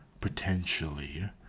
potentially